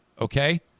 Okay